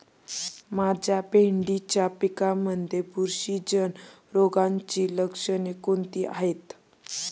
माझ्या भेंडीच्या पिकामध्ये बुरशीजन्य रोगाची लक्षणे कोणती आहेत?